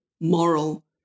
moral